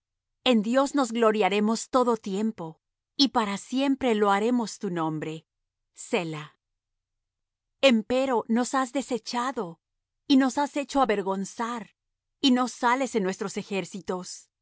en dios nos gloriaremos todo tiempo y para siempre loaremos tu nombre selah empero nos has desechado y nos has hecho avergonzar y no sales en nuestros ejércitos